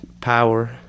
Power